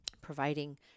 providing